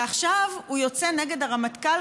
ועכשיו הוא יוצא נגד הרמטכ"ל,